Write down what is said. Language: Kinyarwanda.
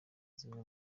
zimwe